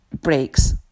breaks